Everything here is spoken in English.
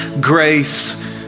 grace